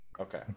Okay